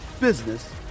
business